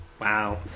Wow